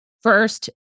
first